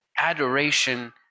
adoration